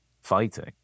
fighting